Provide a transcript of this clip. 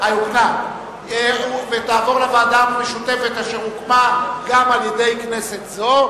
המשותפת אשר הוקמה גם על-ידי כנסת זו,